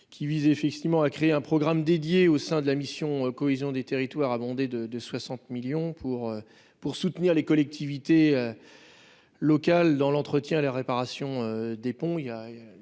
qui vise effectivement à créer un programme dédié au sein de la mission cohésion des territoires abondé de de 60 millions pour pour soutenir les collectivités locales dans l'entretien et la réparation des ponts,